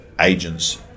agents